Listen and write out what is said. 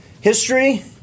history